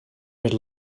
red